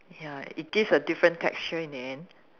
ya it gives a different texture in the end